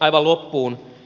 aivan loppuun